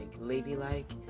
ladylike